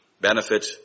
benefit